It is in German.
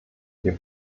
wir